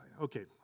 Okay